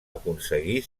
aconseguir